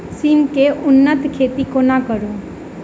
सिम केँ उन्नत खेती कोना करू?